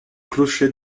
clocher